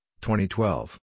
2012